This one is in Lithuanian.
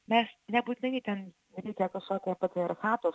mes nebūtinai ten reikia kažkokio patriarchato